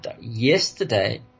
Yesterday